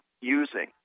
using